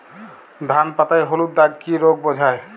ধান পাতায় হলুদ দাগ কি রোগ বোঝায়?